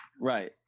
Right